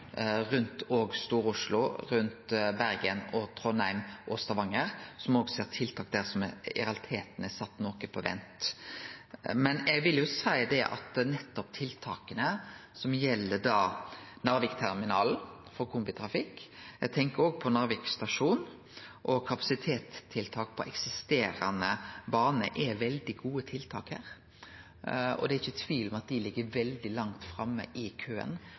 rundt Stor-Oslo, Bergen, Trondheim og Stavanger òg, og me ser at det er tiltak der òg som i realiteten har blitt sette noko på vent. Men eg vil seie at nettopp tiltaka som gjeld Narvikterminalen for kombitrafikk, Narvik stasjon og kapasitetstiltak på eksisterande bane, er veldig gode tiltak. Det er ikkje tvil om at dei ligg veldig langt framme i køen